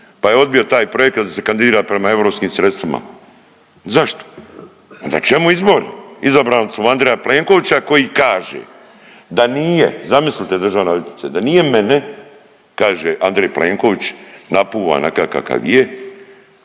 pa je odbio taj projekat da se kandidira prema europskim sredstvima. Zašto? Onda čemu izbori? Izabrali smo Andreja Plenkovića koji kaže da nije, zamislite državna odvjetnice, da nije mene kaže Andrej Plenković napuvan nakav kakva je